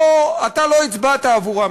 אתה לא הצבעת עבורם,